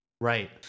right